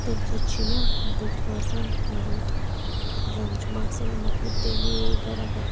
تٔمۍ سۭتۍ چھِ مےٚ بُتھ روزان رُت زَنہٕ چھُم آسان موٚتھمُت تمے گڑِ اگر